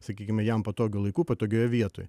sakykime jam patogiu laiku patogioje vietoje